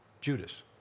Judas